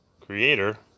creator